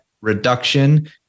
reduction